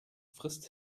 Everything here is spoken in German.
frisst